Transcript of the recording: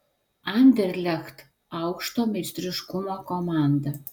anderlecht aukšto meistriškumo komanda